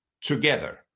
together